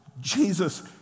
Jesus